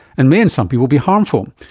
and may in some people be harmful.